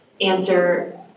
answer